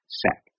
set